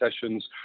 sessions